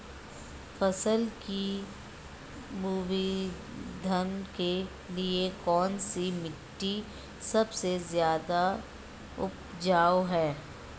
फसल की वृद्धि के लिए कौनसी मिट्टी सबसे ज्यादा उपजाऊ है?